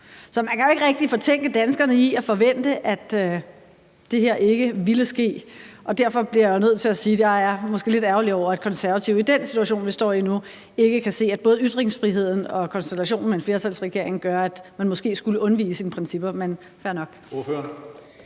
Så man kan jo ikke rigtig fortænke danskerne i at forvente, at det her ikke ville ske. Derfor bliver jeg nødt til at sige, at jeg måske er lidt ærgerlig over, at Konservative i den situation, vi står i nu, ikke kan se, at både ytringsfriheden og konstellationen med en flertalsregering gør, at man måske skulle undvige sine principper – men fair nok.